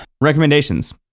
recommendations